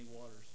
waters